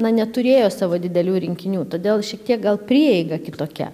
na neturėjo savo didelių rinkinių todėl šiek tiek gal prieiga kitokia